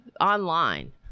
online